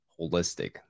holistic